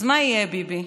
אז מה יהיה, ביבי,